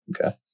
Okay